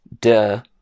duh